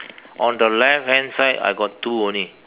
on the left hand side I got two only